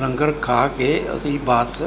ਲੰਗਰ ਖਾ ਕੇ ਅਸੀਂ ਵਾਪਸ